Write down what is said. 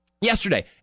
Yesterday